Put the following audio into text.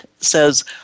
says